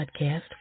Podcast